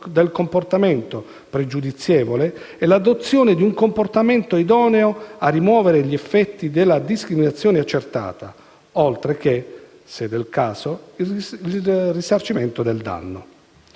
del comportamento pregiudizievole e l'adozione di un comportamento idoneo a rimuovere gli effetti della discriminazione accertata, oltre che, se del caso, il risarcimento del danno.